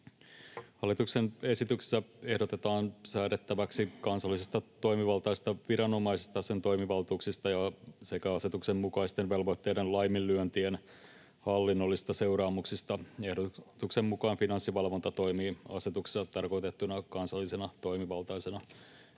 Hallituksen esityksessä ehdotetaan säädettäväksi kansallisesta toimivaltaisesta viranomaisesta, sen toimivaltuuksista sekä asetuksen mukaisten velvoitteiden laiminlyöntien hallinnollisista seuraamuksista. Ehdotuksen mukaan Finanssivalvonta toimii asetuksessa tarkoitettuna kansallisena toimivaltaisena